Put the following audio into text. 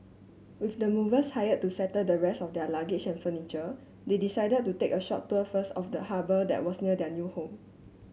with the movers hired to settle the rest of their luggage and furniture they decided to take a short tour first of the harbour that was near their new home